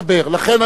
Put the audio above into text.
לכן אני אומר,